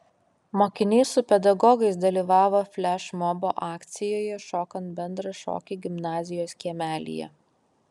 mokiniai su pedagogais dalyvavo flešmobo akcijoje šokant bendrą šokį gimnazijos kiemelyje